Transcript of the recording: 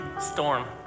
storm